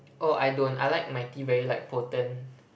oh I don't I like my tea very like potent